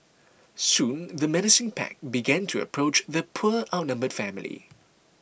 soon the menacing pack began to approach the poor outnumbered family